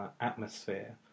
atmosphere